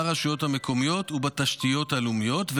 ברשויות המקומיות ובתשתיות הלאומיות,